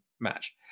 match